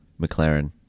mclaren